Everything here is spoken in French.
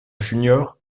junior